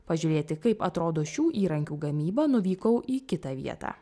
pažiūrėti kaip atrodo šių įrankių gamyba nuvykau į kitą vietą